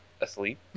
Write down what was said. asleep